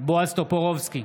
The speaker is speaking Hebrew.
בועז טופורובסקי,